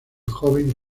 joven